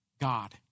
God